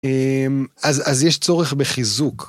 אם אז אז יש צורך בחיזוק.